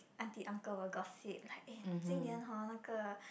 auntie uncle will gossip like eh 今年 hor 那个